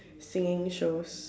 singing shows